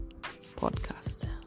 podcast